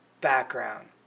background